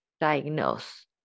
diagnose